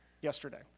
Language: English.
yesterday